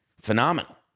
phenomenal